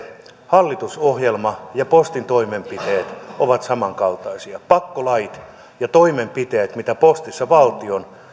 hallitusohjelma ja postin toimenpiteet ovat samankaltaisia pakkolait ja toimenpiteet mitä postissa valtion